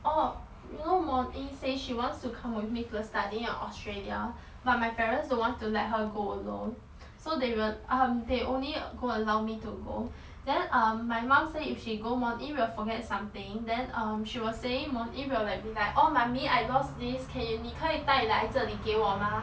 orh you know mornie say she wants to come with me to the studying in australia but my parents don't want to let her go LOL so they will um they only go allow me to go then um my mum say if she go mornie will forget something then um she was saying mornie will be like oh mummy I lost this can yo~ 你可以带来这里给我吗